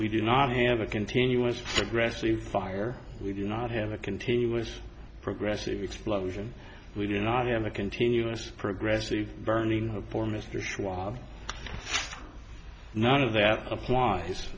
we do not have a continuous progressive fire we do not have a continuous progressive explosion we do not have a continuous progressive burning for mr schwab none of that applies